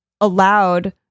allowed